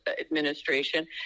administration